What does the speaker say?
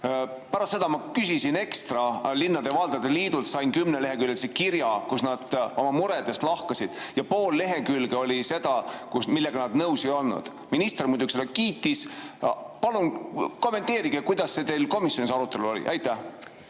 Pärast seda ma küsisin ekstra linnade ja valdade liidult ja sain kümneleheküljelise kirja, kus nad oma muresid lahkasid, ja pool lehekülge oli seda, millega nad nõus ei olnud. Minister muidugi seda kiitis. Palun kommenteerige, kuidas see teil komisjonis arutelul oli. Suur